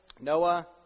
Noah